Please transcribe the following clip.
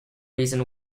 reason